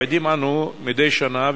עדים אנו מדי שנה,